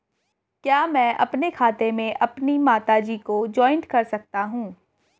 क्या मैं अपने खाते में अपनी माता जी को जॉइंट कर सकता हूँ?